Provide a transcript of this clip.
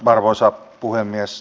arvoisa puhemies